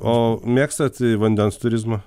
o mėgstat vandens turizmą